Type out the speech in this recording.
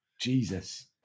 Jesus